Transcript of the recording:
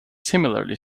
similarly